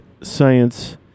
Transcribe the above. Science